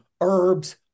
herbs